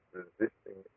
resisting